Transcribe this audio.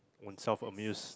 when self amused